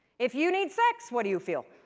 if you need sex, what do you feel?